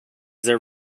there